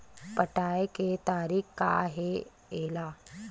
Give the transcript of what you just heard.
पटाय के तरीका का हे एला?